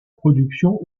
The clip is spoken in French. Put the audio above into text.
production